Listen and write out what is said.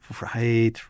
right